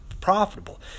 profitable